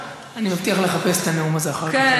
אני מבטיח לחפש את הנאום הזה אחר כך.